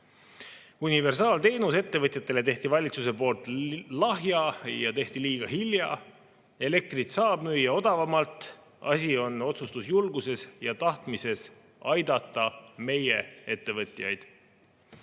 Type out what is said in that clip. Universaalteenuse ettevõtetele tegi valitsus lahja ja see tehti liiga hilja. Elektrit saab müüa odavamalt, asi on otsustusjulguses ja tahtmises meie ettevõtjaid